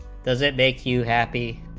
does it make you happy,